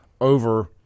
over